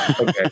Okay